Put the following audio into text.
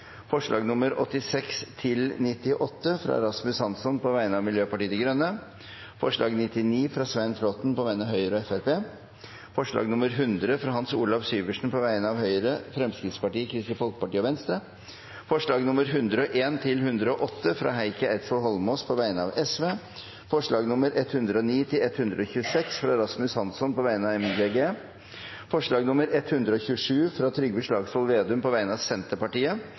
forslag nr. 27, fra Terje Breivik på vegne av Venstre forslagene nr. 58–63, 65–85 og 101–108, fra Snorre Serigstad Valen på vegne av Sosialistisk Venstreparti forslagene nr. 86–98, fra Rasmus Hansson på vegne av Miljøpartiet De Grønne forslag nr. 99, fra Svein Flåtten på vegne av Høyre og Fremskrittspartiet forslag nr. 100, fra Hans Olav Syversen på vegne av Høyre, Fremskrittspartiet, Kristelig Folkeparti og Venstre forslagene nr. 109–126, fra Rasmus Hansson på vegne av Miljøpartiet De Grønne forslag nr. 127, fra Trygve Slagsvold Vedum på vegne av Senterpartiet